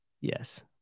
yes